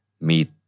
meet